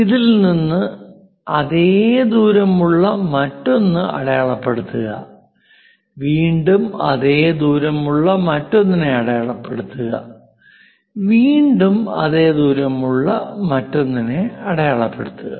ഇതിൽ നിന്ന് അതേ ദൂരമുള്ള മറ്റൊന്ന് അടയാളപ്പെടുത്തുക വീണ്ടും അതേ ദൂരമുള്ള മറ്റൊന്നിനെ അടയാളപ്പെടുത്തുക വീണ്ടും അതേ ദൂരമുള്ള മറ്റൊന്നിനെ അടയാളപ്പെടുത്തുക